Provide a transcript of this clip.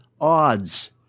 odds